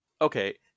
Okay